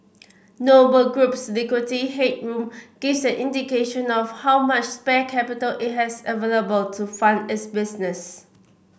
Noble Group's liquidity headroom gives an indication of how much spare capital it has available to fund its business